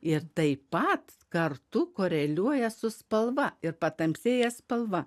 ir taip pat kartu koreliuoja su spalva ir patamsėja spalva